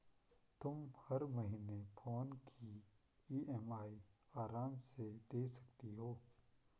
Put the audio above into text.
तुम हर महीने फोन की ई.एम.आई आराम से दे सकती हो